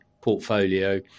portfolio